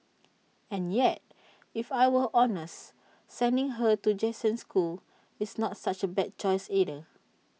and yet if I were honest sending her to Jason's school is not such A bad choice either